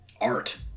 art